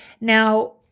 Now